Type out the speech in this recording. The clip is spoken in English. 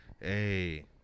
Hey